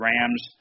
Rams